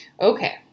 Okay